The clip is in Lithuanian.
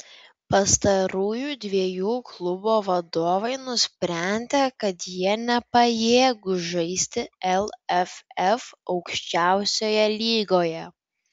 pastarųjų dviejų klubo vadovai nusprendė kad jie nepajėgūs žaisti lff aukščiausioje lygoje